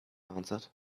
answered